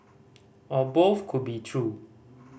or both could be true